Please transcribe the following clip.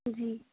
جی